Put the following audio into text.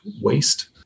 waste